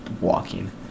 walking